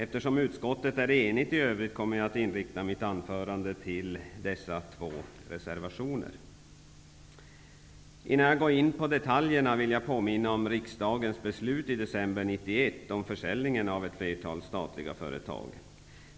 Eftersom utskottet är enigt i övrigt, kommer jag att inrikta mitt anförande på dessa två reservationer. Innan jag går in på detaljerna vill jag påminna om riksdagens beslut i december 1991 om försäljningen av ett flertal statliga företag.